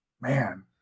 man